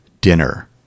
dinner